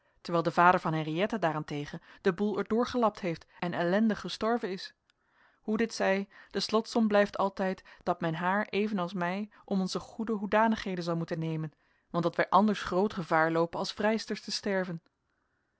terwijl de vader van henriëtte daarentegen den boel er door gelapt heeft en ellendig gestorven is hoe dit zij de slotsom blijft altijd dat men haar evenals mij om onze goede hoedanigheden zal moeten nemen want dat wij anders groot gevaar loopen als vrijsters te sterven